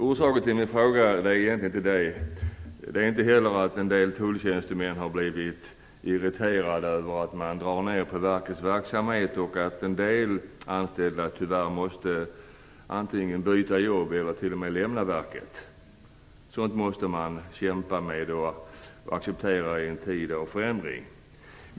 Orsaken till min fråga är egentligen inte detta, inte heller att en del tulltjänstemän har blivit irriterade över att man drar ned på tullens verksamhet, så att en del anställda tyvärr måste antingen byta jobb eller t.o.m. lämna verket. Sådant måste man kämpa med och acceptera i en tid av förändring.